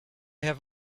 have